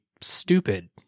stupid